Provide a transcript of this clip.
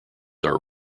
are